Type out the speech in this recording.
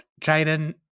Jaden